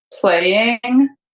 Playing